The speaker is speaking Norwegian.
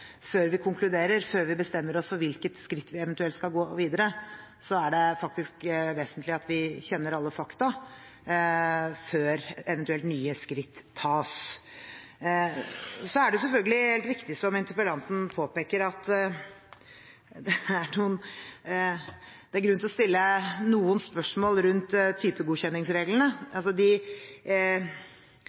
før vi konkluderer, før vi bestemmer oss for hvilke skritt vi eventuelt skal ta videre, er det faktisk vesentlig at vi kjenner alle fakta, før eventuelt nye skritt tas. Så er det selvfølgelig helt riktig, som interpellanten påpeker, at det er grunn til å stille noen spørsmål rundt